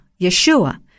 Yeshua